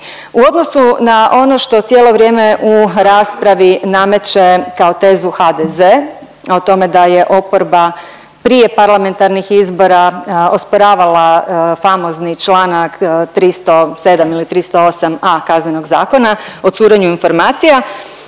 U odnosu na ono što cijelo vrijeme u raspravi nameće kao tezu HDZ, a o tome da je oporba prije parlamentarnih izbora osporavala famozni čl. 307. ili 308.a. KZ-a o curenju informacija,